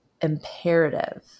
imperative